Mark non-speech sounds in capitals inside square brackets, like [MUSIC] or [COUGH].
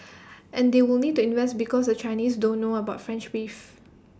[NOISE] and they will need to invest because the Chinese don't know about French beef